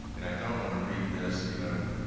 and i don't want to read this, you know,